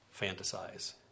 fantasize